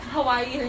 Hawaii